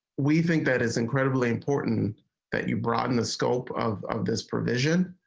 we think that is incredibly important that you broaden the scope of of this provision.